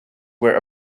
were